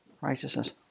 righteousness